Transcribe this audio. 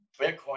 Bitcoin